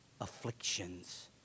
afflictions